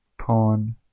pawn